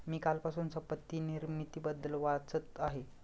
मी कालपासून संपत्ती निर्मितीबद्दल वाचत आहे